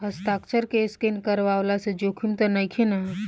हस्ताक्षर के स्केन करवला से जोखिम त नइखे न?